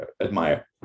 admire